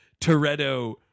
Toretto